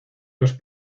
los